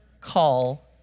call